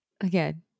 Again